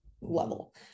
level